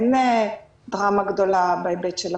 אין דרמה גדולה בהיבט של הקורונה.